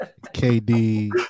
KD